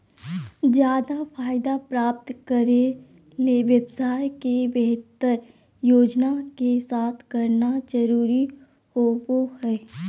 ज्यादा फायदा प्राप्त करे ले व्यवसाय के बेहतर योजना के साथ करना जरुरी होबो हइ